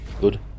good